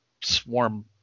swarm